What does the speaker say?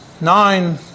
nine